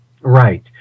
Right